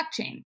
blockchain